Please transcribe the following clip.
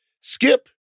Skip